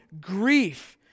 grief